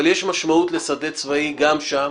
יש משמעות לשדה צבאי גם שם